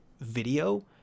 video